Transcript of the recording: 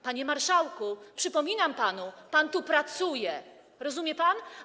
Panie marszałku, przypominam panu, pan tu pracuje, rozumie pan?